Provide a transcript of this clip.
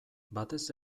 batez